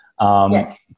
Yes